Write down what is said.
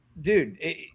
dude